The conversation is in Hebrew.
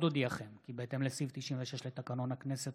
עוד אודיעכם כי בהתאם לסעיף 96 לתקנון הכנסת,